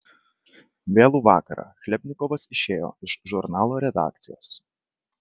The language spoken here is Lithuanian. vėlų vakarą chlebnikovas išėjo iš žurnalo redakcijos